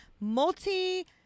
multi